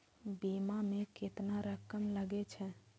बीमा में केतना रकम लगे छै?